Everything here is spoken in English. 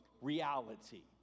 reality